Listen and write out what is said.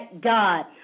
God